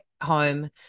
home